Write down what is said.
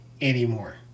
anymore